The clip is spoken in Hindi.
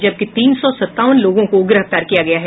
जबकि तीन सौ सत्तावन लोगों को गिरफ्तार किया गया है